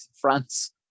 France